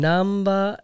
Number